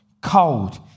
cold